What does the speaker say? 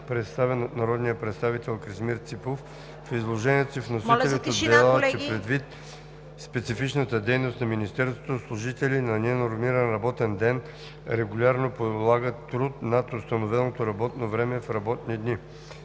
представен от народния представител Красимир Ципов. В изложението си вносителят отбеляза, че предвид специфичната дейност на Министерството, служители на ненормиран работен ден регулярно полагат труд над установеното работно време в работни дни.